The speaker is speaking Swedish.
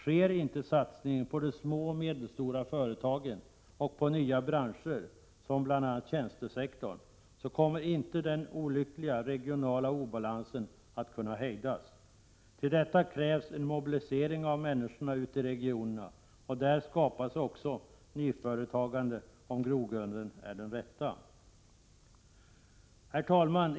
Sker inte satsningen på de små och medelstora företagen och på nya branscher, bl.a. tjänstesektorn, kommer inte den olyckliga regionala obalansen att kunna förbättras. Till detta krävs en mobilisering av människorna ute i regionerna, och där skapas också nyföretagandet, om grogrunden är den rätta.